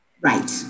right